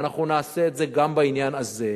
ואנחנו נעשה את זה גם בעניין הזה.